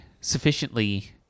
sufficiently